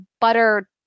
butter